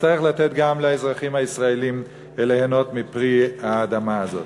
ויצטרך לתת גם לאזרחים הישראלים ליהנות מפרי האדמה הזאת.